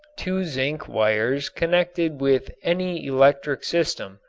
two zinc wires connected with any electric system,